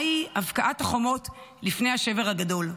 מהי הבקעת החומות לפני השבר הגדול?